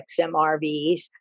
XMRVs